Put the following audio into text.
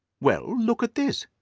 well, look at this!